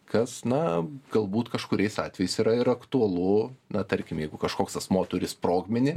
kas na galbūt kažkuriais atvejais yra ir aktualu na tarkim jeigu kažkoks asmuo turi sprogmenį